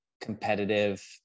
competitive